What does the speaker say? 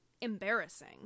embarrassing